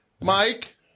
Mike